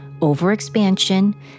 Overexpansion